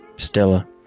Stella